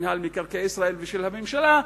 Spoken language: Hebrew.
מינהל מקרקעי ישראל ושל הממשלה,